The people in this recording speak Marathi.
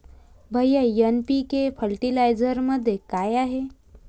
भैय्या एन.पी.के फर्टिलायझरमध्ये काय आहे?